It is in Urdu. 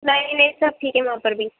نئی نئی سب ٹھیک ہے یہاں پر بھی